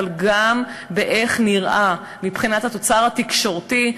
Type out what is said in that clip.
אבל גם באיך נראה מבחינת התוצר התקשורתי,